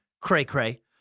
cray-cray